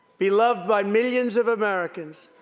beloved by millions of americans,